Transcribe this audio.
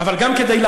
אבל גם כדי לעשות.